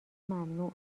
ممنوع